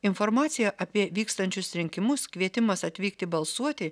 informacija apie vykstančius rinkimus kvietimas atvykti balsuoti